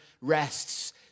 rests